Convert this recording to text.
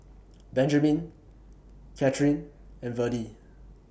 Benjamin Kathyrn and Verdie